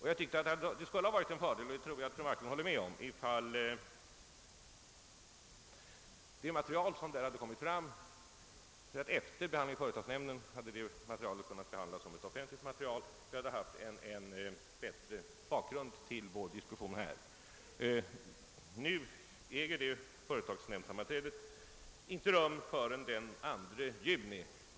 Jag tyckte att det skulle ha varit en fördel — och det tror jag att fru Marklund håller med mig om — ifall det material som där hade kommit fram och som efter behandlingen i företagsnämnden hade kunnat behandlas som ett offentligt material, kunnat föreligga, varigenom vi hade haft en bättre bakgrund till vår diskussion här. Nu äger det företagsnämndssammanträdet inte rum förrän den 2 juni.